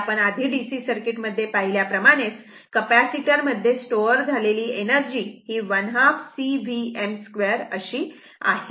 हे आपण आधी DC सर्किट मध्ये पाहिल्याप्रमाणे कपॅसिटर मध्ये स्टोअर झालेली एनर्जी ½ C Vm 2 अशी आहे